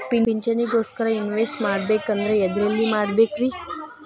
ಪಿಂಚಣಿ ಗೋಸ್ಕರ ಇನ್ವೆಸ್ಟ್ ಮಾಡಬೇಕಂದ್ರ ಎದರಲ್ಲಿ ಮಾಡ್ಬೇಕ್ರಿ?